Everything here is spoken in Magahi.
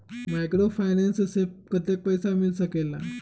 माइक्रोफाइनेंस से कतेक पैसा मिल सकले ला?